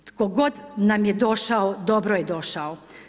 Tko god nam je došao, dobro je došao.